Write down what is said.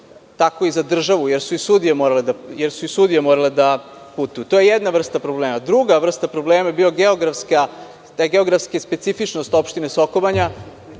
tako i za državu jer su i sudije morale da putuju. To je jedna vrsta problema. Druga vrsta problema su te geografske specifičnosti opštine Soko Banja,